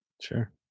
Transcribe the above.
Sure